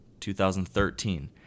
2013